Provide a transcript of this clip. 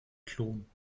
klonen